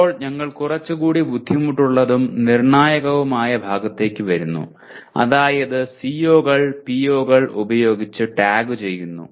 ഇപ്പോൾ ഞങ്ങൾ കുറച്ചുകൂടി ബുദ്ധിമുട്ടുള്ളതും നിർണായകവുമായ ഭാഗത്തേക്ക് വരുന്നു അതായത് CO കൾ PO കൾ ഉപയോഗിച്ച് ടാഗുചെയ്യുന്നു